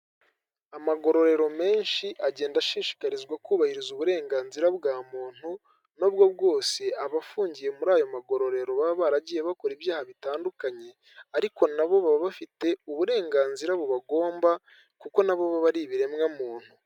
Amagororero menshi agenda ashishikarizwa kubahiriza uburenganzira bwa muntu nubwo bwose abafungiye muri ayo magororero baba baragiye bakora ibyaha bitandukanye ,ariko nabo baba bafite uburenganzira bubagomba kuko nabo baba ari ibiremwamuntu.